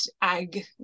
ag